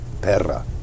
Perra